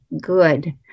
good